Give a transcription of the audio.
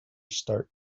start